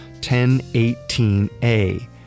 1018A